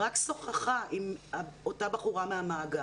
רק שוחחה עם אותה בחורה מהמאגר,